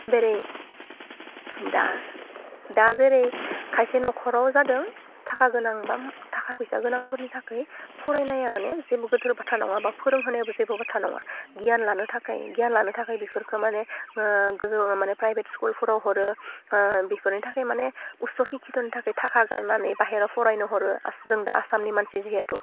जेरै दा दा जेरै खायसे नखराव जादों थाखा गोनां बाम थाखा फैसा गोनांफोरनि थाखै फरायनाया माने जेबो गोदोर खोथा नङा बा फोरोंहोनायावबो जेबो खोथा नङा गियान लानो थाखाय गियान लानो थाखाय बिफोरखौ माने गोनांआ माने प्राइभेट स्कुलफोराव हरो बिफोरनि थाखाय माने असहिकतनि थाखाय थाखा गारनानै बायहेरायाव फरायनो हरो आस जों दा आसामनि मानसि जिहेतु